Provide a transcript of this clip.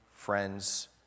friends